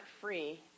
free